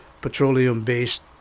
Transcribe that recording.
petroleum-based